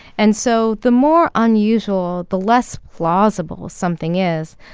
and so the more unusual, the less plausible something is,